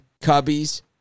Cubbies